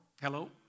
Hello